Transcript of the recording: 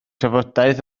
trafodaeth